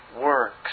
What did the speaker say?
works